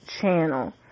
channel